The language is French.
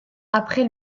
après